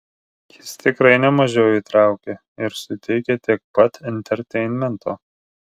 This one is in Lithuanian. jis tikrai nemažiau įtraukia ir suteikia tiek pat enterteinmento